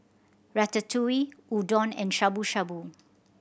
Ratatouille Udon and Shabu Shabu